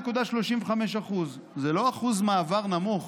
71.35%. זה לא אחוז מעבר נמוך,